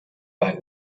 bei